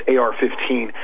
AR-15